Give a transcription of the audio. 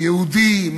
על